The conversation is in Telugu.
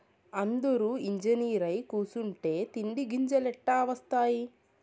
అందురూ ఇంజనీరై కూసుంటే తిండి గింజలెట్టా ఒస్తాయి